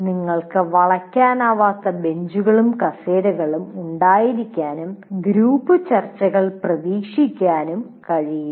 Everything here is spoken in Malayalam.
നിങ്ങൾക്ക് വളയ്ക്കാനാവാത്ത ബെഞ്ചുകളും കസേരകളും ഉണ്ടായിരിക്കാനും ഗ്രൂപ്പ് ചർച്ചകൾ പ്രതീക്ഷിക്കാനും കഴിയില്ല